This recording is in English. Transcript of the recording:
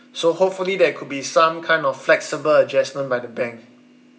so hopefully there could be some kind of flexible adjustment by the bank